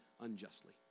unjustly